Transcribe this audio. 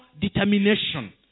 determination